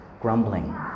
Grumbling